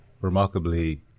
remarkably